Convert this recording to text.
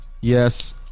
yes